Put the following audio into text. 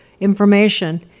information